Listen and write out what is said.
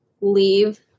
leave